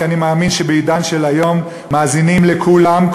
כי אני מאמין שבעידן של היום מאזינים לכולם,